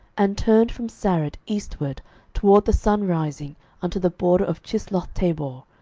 and turned from sarid eastward toward the sunrising unto the border of chislothtabor,